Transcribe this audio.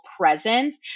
presence